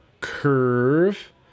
curve